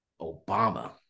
Obama